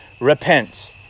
repent